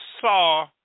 saw